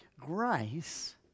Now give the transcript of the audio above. grace